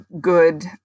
good